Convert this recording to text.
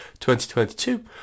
2022